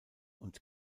und